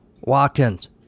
Watkins